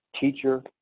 teacher